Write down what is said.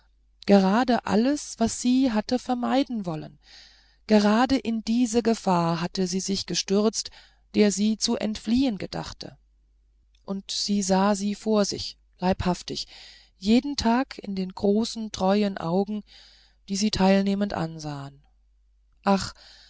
gerade alles was sie hatte vermeiden wollen gerade in diese gefahr hatte sie sich gestürzt der sie zu entfliehen gedachte und sie sah sie vor sich leibhaftig jeden tag in den großen treuen augen die sie teilnehmend ansahen ach